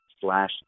slash